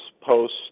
post